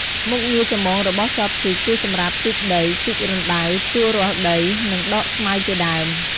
មុខងារចម្បងរបស់ចបជីក គឺសម្រាប់ ជីកដី ជីករណ្ដៅ ភ្ជួររាស់ដី និងដកស្មៅជាដើម។